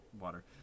water